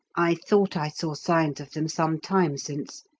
i thought i saw signs of them some time since,